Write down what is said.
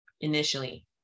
initially